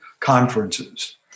conferences